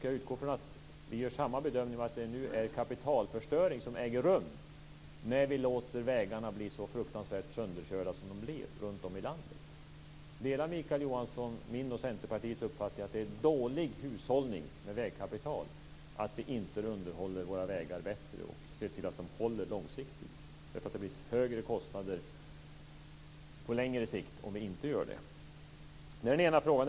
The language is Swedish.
Jag utgår från att vi gör samma bedömning av att det nu är kapitalförstöring som äger rum när vi låter vägarna bli så fruktansvärt sönderkörda som de blir runt om i landet. Delar Mikael Johansson min och Centerpartiets uppfattning att det är dålig hushållning med vägkapital att vi inte underhåller våra vägar bättre och ser till att de håller långsiktigt? Det blir ju högre kostnader på längre sikt om vi inte gör det. Det var den ena frågan.